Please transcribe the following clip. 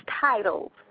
titles